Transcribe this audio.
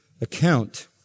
account